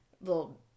little